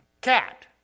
Cat